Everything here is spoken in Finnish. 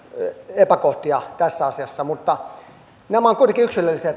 epäkohtia tässä asiassa nämä ovat kuitenkin yksilöllisiä